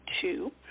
two